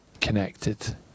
connected